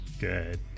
good